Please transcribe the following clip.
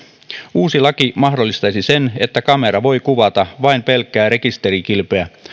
uusi laki mahdollistaisi sen että kamera voi kuvata vain pelkkää rekisterikilpeä